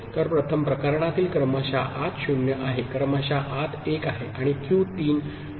तर प्रथम प्रकरणातील क्रमशः आत 0 आहे क्रमशः आत 1 आहे आणि क्यू 3 0 आहे